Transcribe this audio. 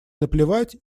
наплевать